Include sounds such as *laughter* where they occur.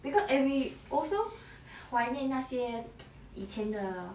because and we also 怀念那些 *noise* 以前的